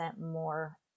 more